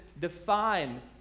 define